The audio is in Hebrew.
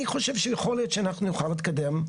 אני חושב שיכול להיות שאנחנו נוכל להתקדם,